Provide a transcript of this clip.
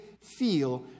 feel